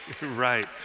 right